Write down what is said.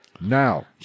Now